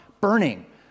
burning